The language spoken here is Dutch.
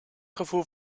gevoel